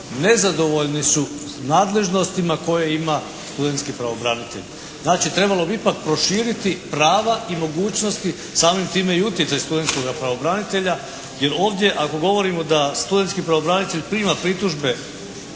Nezadovoljni su nadležnostima koje ima studentski pravobranitelj. Znači, trebalo bi ipak proširiti prava i mogućnosti samim time i utjecaj studentskoga pravobranitelja jer ovdje ako govorimo da studentski pravobranitelj prima pritužbe